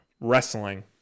Wrestling